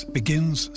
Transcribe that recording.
begins